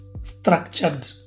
structured